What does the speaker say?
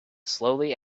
slowly